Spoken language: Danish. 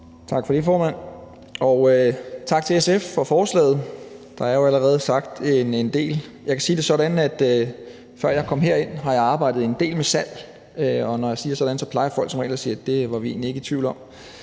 Tak for det, formand, og tak til SF for forslaget. Der er jo allerede sagt en del. Jeg kan sige det sådan, at jeg, før jeg kom herind, har arbejdet en del med salg, og når jeg siger sådan, plejer folk som regel at sige, at det var de egentlig ikke i tvivl om.